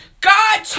God